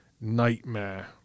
nightmare